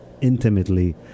intimately